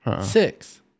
Six